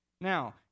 Now